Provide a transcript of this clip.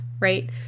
right